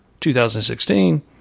2016